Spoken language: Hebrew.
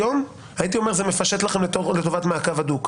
היום, הייתי אומר: זה משפט לכם לטובת מעקב הדוק.